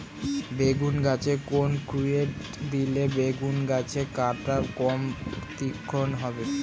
বেগুন গাছে কোন ষ্টেরয়েড দিলে বেগু গাছের কাঁটা কম তীক্ষ্ন হবে?